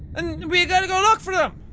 and, we gotta go look for them.